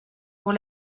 pour